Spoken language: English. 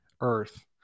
earth